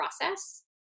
process